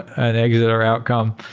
an exit or outcome,